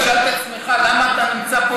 תשאל את עצמך למה אתה נמצא פה,